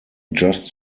just